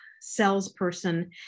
salesperson